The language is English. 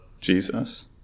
Jesus